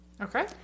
Okay